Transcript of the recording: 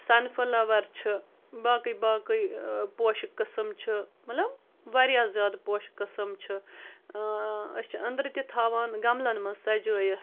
sunflower چھِ باقٕے باقٕے پوشہٕ قٕسم چھِ مطلب واریاہ زیادٕ پوشہٕ قٕسم چھِ اۭں أسۍ چھِ انٛدرِ تہِ تھاوان گملَن منٛز سجٲوِتھ اۭں